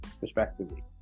respectively